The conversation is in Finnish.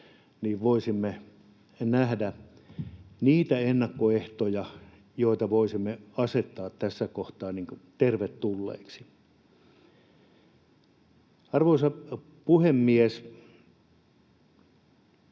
että voisimme nähdä ennakkoehtoja, joita voisimme asettaa tässä kohtaa tervetulleiksi. Arvoisa puhemies!